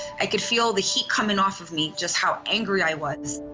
i could feel the heat coming off of me, just how angry i was.